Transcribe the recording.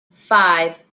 five